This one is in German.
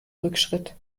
rückschritt